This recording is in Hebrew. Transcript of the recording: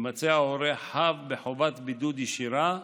יימצא ההורה חב בחובת בידוד ישירה,